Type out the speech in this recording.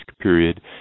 period